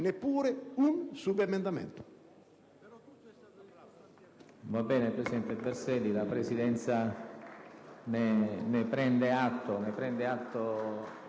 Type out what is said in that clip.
neppure un subemendamento.